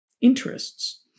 interests